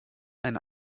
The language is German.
eine